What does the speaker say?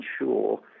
ensure